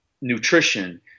nutrition